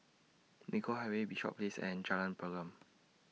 Nicoll Highway Bishops Place and Jalan Pergam